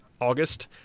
August